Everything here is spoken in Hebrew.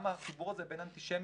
גם החיבור הזה בין אנטישמיות